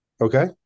Okay